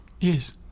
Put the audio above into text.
Yes